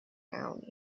county